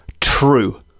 true